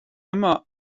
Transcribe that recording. immer